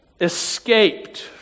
escaped